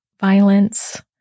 violence